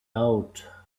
out